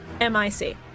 M-I-C